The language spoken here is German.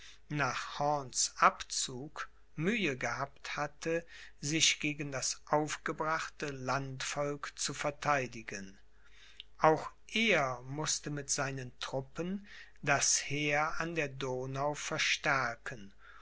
nach horns abzug mühe gehabt hatte sich gegen das aufgebrachte landvolk zu vertheidigen auch er mußte mit seinen truppen das heer an der donau verstärken